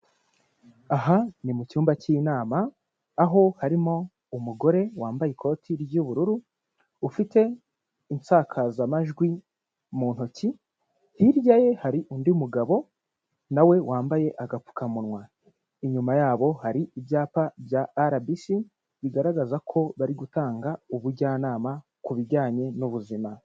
Aha ni mu cyumba cy'inama, aho harimo umugore wambaye ikoti ry'ubururu, ufite insakazamajwi mu ntoki, hirya ye hari undi mugabo na we wambaye agapfukamunwa, inyuma yabo hari ibyapa bya RBC, bigaragaza ko bari gutanga ubujyanama ku bijyanye n'ubuzima.